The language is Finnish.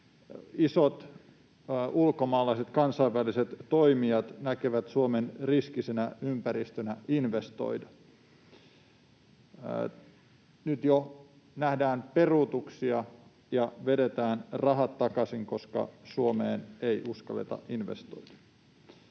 isot ulkomaalaiset, kansainväliset toimijat näkevät Suomen riskisenä ympäristönä investoida. Nyt jo nähdään peruutuksia ja vedetään rahat takaisin, koska Suomeen ei uskalleta investoida.